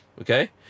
Okay